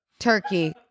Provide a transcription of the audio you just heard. Turkey